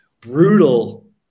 brutal